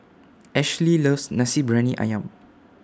Ashlee loves Nasi Briyani Ayam